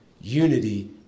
Unity